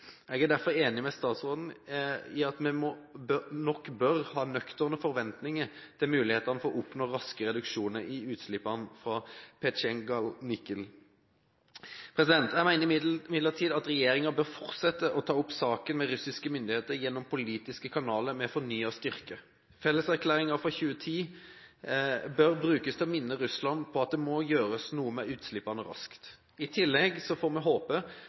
Jeg er derfor enig med statsråden i at vi nok bør ha nøkterne forventninger til mulighetene for å oppnå raske reduksjoner i utslippene fra Petsjenganikel. Jeg mener imidlertid at regjeringen bør fortsette å ta opp saken med russiske myndigheter gjennom politiske kanaler med fornyet styrke. Felleserklæringen fra 2010 bør brukes til å minne Russland på at det må gjøres noe med utslippene raskt. I tillegg får vi håpe,